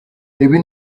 ibi